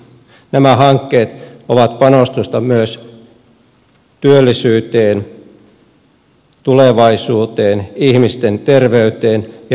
nämä hankkeet ovat panostusta myös työllisyyteen tulevaisuuteen ihmisten terveyteen ja liikenneturvallisuuteen